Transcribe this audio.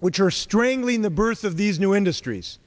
which are strangling the birth of these new industries